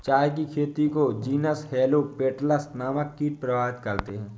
चाय की खेती को जीनस हेलो पेटल्स नामक कीट प्रभावित करते हैं